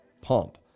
pump